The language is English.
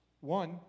One